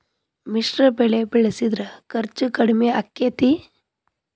ಮಿಶ್ರ ಬೆಳಿ ಬೆಳಿಸಿದ್ರ ಖರ್ಚು ಕಡಮಿ ಆಕ್ಕೆತಿ?